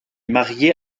mariée